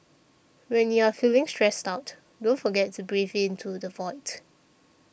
when you are feeling stressed out don't forget to breathe into the void